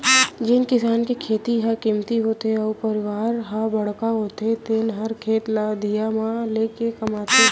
जेन किसान के खेती ह कमती होथे अउ परवार ह बड़का होथे तेने हर खेत ल अधिया म लेके कमाथे